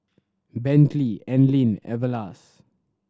Bentley Anlene Everlast